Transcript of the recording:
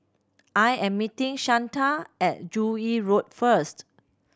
I am meeting Shanta at Joo Yee Road first